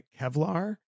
Kevlar